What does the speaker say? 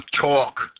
talk